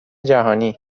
جهانی